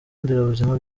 nderabuzima